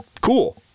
cool